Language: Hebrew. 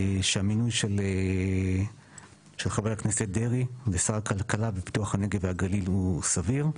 שהמינוי של חבר הכנסת דרעי לשר הכלכלה ופיתוח הנגב והגליל הוא סביר,